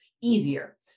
easier